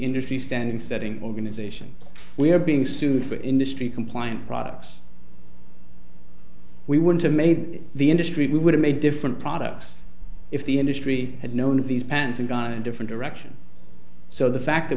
industry standard setting organizations we're being sued for industry compliant products we would have made the industry we would have made different products if the industry had known of these pants and gone a different direction so the fact that